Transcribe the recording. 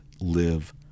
live